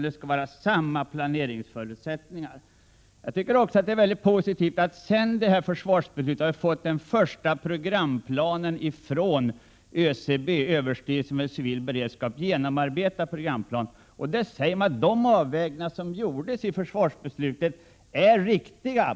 Det är också positivt att vi sedan vi fick detta försvarsbeslut har fått den första genomarbetade programplanen från överstyrelsen för civil beredskap. Där säger man att de avvägningar som gjordes i försvarsbeslutet är riktiga.